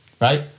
right